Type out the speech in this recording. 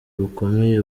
bukomeye